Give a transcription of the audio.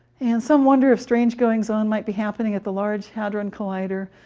and some wonder if strange goings-on might be happening at the large hadron collider.